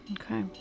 Okay